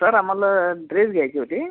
sir आम्हाला dress घ्यायचे होते